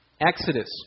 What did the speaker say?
Exodus